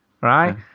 right